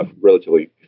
relatively